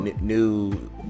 New